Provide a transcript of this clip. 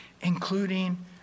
including